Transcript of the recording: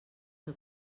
que